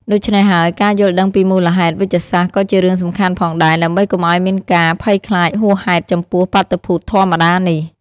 ដូច្នេះហើយ ការយល់ដឹងពីមូលហេតុវេជ្ជសាស្ត្រក៏ជារឿងសំខាន់ផងដែរ ដើម្បីកុំឱ្យមានការភ័យខ្លាចហួសហេតុចំពោះបាតុភូតធម្មតានេះ។